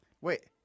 Wait